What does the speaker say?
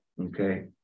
Okay